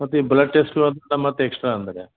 ಮತ್ತೆ ಈ blood test ಅದೆಲ್ಲ ಮತ್ತೆ ಎಕ್ಸ್ಟ್ರಾ ಅಂದ್ರಾ